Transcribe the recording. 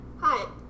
Hi